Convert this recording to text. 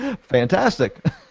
fantastic